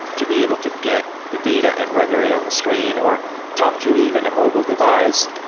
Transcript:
to be able to get the data and render it on the screen or talk to even a mobile device.